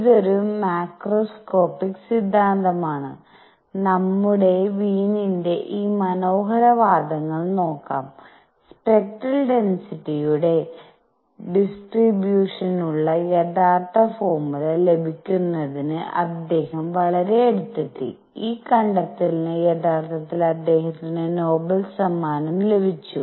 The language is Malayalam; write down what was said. ഇതൊരു മാക്രോസ്കോപ്പിക് സിദ്ധാന്തമാണ് നമുക്ക് വീനിന്റെWeins ഈ മനോഹരമായ വാദങ്ങൾ നോക്കാം സ്പെക്ട്രൽ ഡെൻസിറ്റിയുടെ ഡിസ്ട്രിബൂഷൻനുള്ള യഥാർത്ഥ ഫോർമുല ലഭിക്കുന്നതിന് അദ്ദേഹം വളരെ അടുത്തെത്തി ഈ കണ്ടെത്തലിന് യഥാർത്ഥത്തിൽ അദ്ദേഹത്തിന് നോബൽ സമ്മാനം ലഭിച്ചു